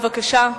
בבקשה.